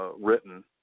written